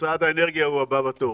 משרד האנרגיה הוא הבא בתור.